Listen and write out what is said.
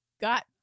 got